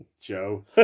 Joe